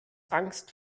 angst